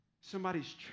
somebody's